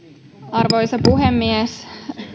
arvoisa puhemies